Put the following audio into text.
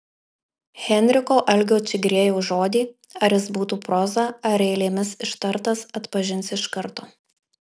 henriko algio čigriejaus žodį ar jis būtų proza ar eilėmis ištartas atpažinsi iš karto